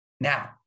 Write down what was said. Now